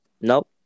Nope